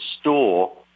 store